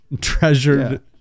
treasured